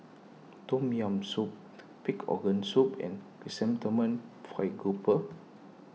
Tom Yam Soup Pig's Organ Soup and Chrysanthemum Fried Grouper